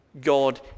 God